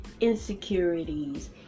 insecurities